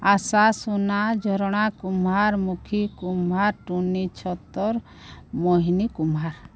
ଆଶା Suna Jharana Kumbhar Mukhi Kumbhar Tuni Chhatar Mohini Kumbhar